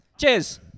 Cheers